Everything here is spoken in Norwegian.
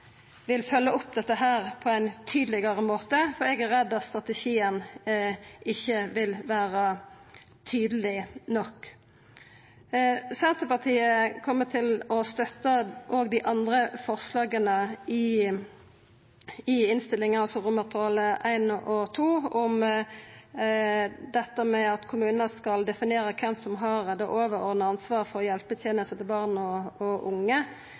vil følgja dette opp på ein tydelegare måte, for eg er redd strategien ikkje vil vera tydeleg nok. Senterpartiet kjem òg til å støtta dei andre forslaga til vedtak i innstillinga, altså I og II, om at kommunane skal definera kven som har det overordna ansvaret for hjelpetenestene til barn og unge. Det står rett nok «vurdere», men vi synest det er eit veldig godt forslag, og